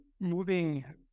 moving